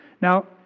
Now